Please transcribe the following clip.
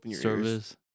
service